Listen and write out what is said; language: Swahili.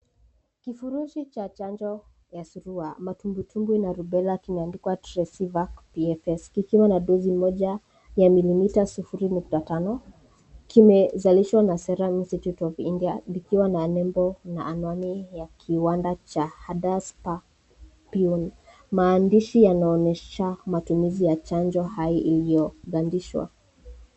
Kifurushi cha chanjo ya surwa, matumbutumbu na rubela kime andikwa TRESIVAC'PFS kikiwa na dozi moja ya milimita sufuri nukta tano, kime zalishwa na Serum Institute of India likiwa na nembo na anwani ya kiwanda cha Hadaspapiu . Maandishi yanaonyesha matumizi ya chanjo hai iliyo gandishwa.